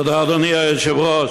תודה, אדוני היושב-ראש.